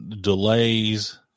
delays